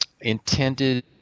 intended